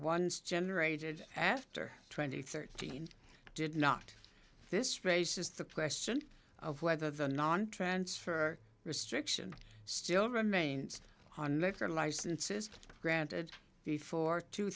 ones generated after twenty thirteen did not this raises the question of whether the non transfer restriction still remains on letter licenses granted before two